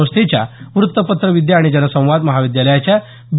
संस्थेच्या वृत्तपत्रविद्या आणि जनसंवाद महाविद्यालयाच्या बी